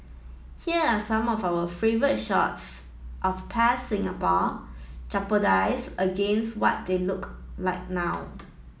here are some of our favourite shots of past Singapore against what they look like now